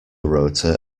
rota